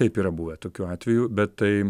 taip yra buvę tokių atvejų bet tai